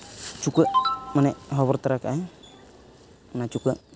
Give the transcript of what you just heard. ᱪᱩᱠᱟᱹᱜ ᱢᱟᱱᱮ ᱦᱚᱵᱚᱨ ᱛᱚᱨᱟ ᱠᱟᱜᱼᱟᱭ ᱚᱱᱟ ᱪᱩᱠᱟᱹᱜ